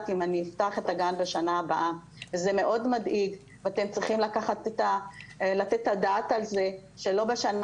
זה מאוד מדאיג ואתם צריכים לתת את הדעת על זה שלא יקרה